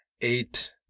eight